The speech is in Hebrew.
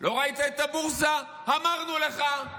לא ראית את הבורסה, אמרנו לך,